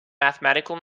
mathematical